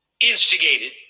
instigated